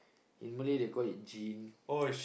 in Malay they call it jin